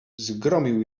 zgromił